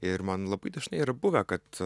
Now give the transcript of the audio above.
ir man labai dažnai yra buvę kad